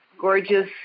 Gorgeous